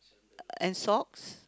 and socks